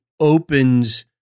opens